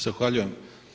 Zahvaljujem.